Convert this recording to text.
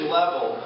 level